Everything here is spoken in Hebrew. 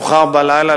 מאוחר בלילה,